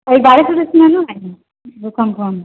बारिसमे उरिस न न है भूकम्प उकम्प